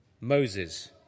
Moses